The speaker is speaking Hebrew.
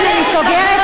תסתכלו בראי.